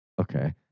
Okay